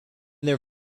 their